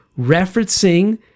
referencing